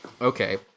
okay